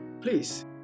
please